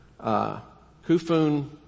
kufun